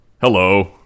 hello